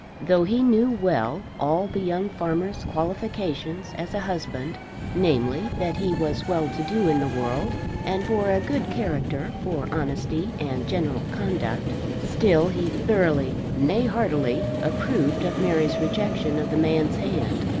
though he knew well all the young farmer's qualifications as a husband namely that he was well to do in the world and bore a good character for honesty and general conduct still he thoroughly, nay heartily approved of mary's rejection of the man's hand.